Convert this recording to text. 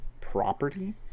property